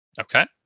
Okay